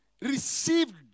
received